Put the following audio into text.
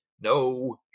No